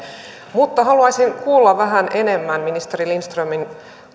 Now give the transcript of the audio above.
mutta haluaisin kuulla vähän enemmän ministeri lindströmin